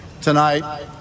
Tonight